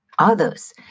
Others